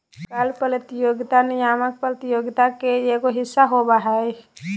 कर प्रतियोगिता नियामक प्रतियोगित के एगो हिस्सा होबा हइ